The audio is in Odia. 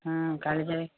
କାଳିଜାଈ